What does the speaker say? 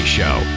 show